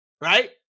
right